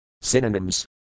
Synonyms